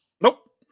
Nope